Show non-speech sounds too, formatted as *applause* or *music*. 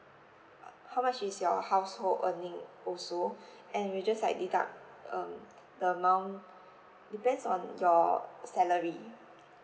uh how much is your household earning also *breath* and we just like deduct um the amount depends on your salary